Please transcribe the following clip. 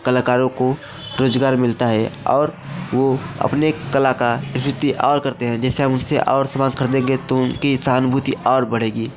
कलाकारों को रोज़गार मिलता है और वह अपने कला का करते हैं जैसे हम उनसे और सामान खरीदेंगे तो उनकी सहानुभति और बढ़ेगी